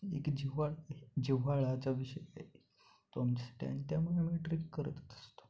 एक जिव्हाळा आहे जिव्हाळ्याचा विषय आहे तो आमच्यासाठी आणि त्यामुळे मी ट्रेक करतच असतो